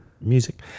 music